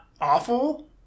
awful